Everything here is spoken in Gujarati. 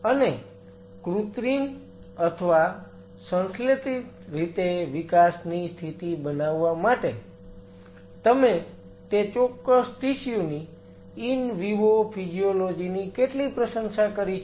અને કૃત્રિમ અથવા સંશ્લેષિત રીતે વિકાસની સ્થિતિ બનાવવા માટે તમે તે ચોક્કસ ટિશ્યુ ની ઈન વિવો ફિજીયોલોજી ની કેટલી પ્રશંસા કરી છે